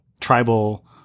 tribal